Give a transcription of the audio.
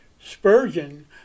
Spurgeon